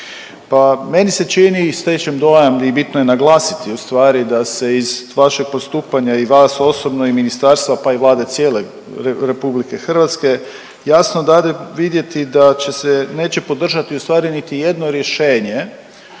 Pa meni se čini i stečem dojam i bitno je naglasiti ustvari da se iz vašeg postupanja i vas osobno i ministarstva pa vlade cijele RH jasno dade vidjeti da će se, neće podržati niti jedno rješenje